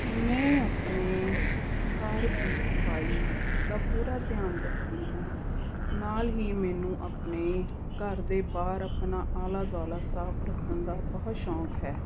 ਮੈਂ ਆਪਣੇ ਘਰ ਦੀ ਸਫਾਈ ਦਾ ਪੂਰਾ ਧਿਆਨ ਰੱਖਦੀ ਹਾਂ ਨਾਲ ਹੀ ਮੈਨੂੰ ਆਪਣੇ ਘਰ ਦੇ ਬਾਹਰ ਆਪਣਾ ਆਲਾ ਦੁਆਲਾ ਸਾਫ ਰੱਖਣ ਦਾ ਬਹੁਤ ਸ਼ੌਂਕ ਹੈ